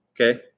Okay